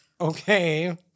okay